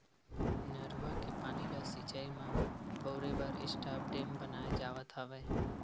नरूवा के पानी ल सिचई म बउरे बर स्टॉप डेम बनाए जावत हवय